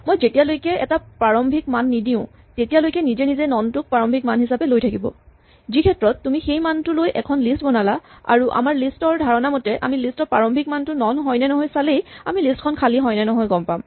মই যেতিয়ালৈকে এটা প্ৰাৰম্ভিক মান নিদিওঁ তেতিয়ালৈকে নিজে নিজে নন টোক প্ৰাৰম্ভিক মান হিচাপে লৈ থাকিব যিক্ষেত্ৰত তুমি সেই মানটো লৈ এখন লিষ্ট বনালা আৰু আমাৰ খালী লিষ্ট ৰ ধাৰণা মতে আমি লিষ্ট ৰ প্ৰাৰম্ভিক মানটো নন হয়নে নহয় চালেই আমি লিষ্ট খন খালী হয় নে নহয় গম পাম